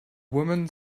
woman